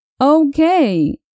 Okay